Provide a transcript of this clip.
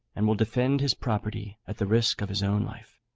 and will defend his property at the risk of his own life.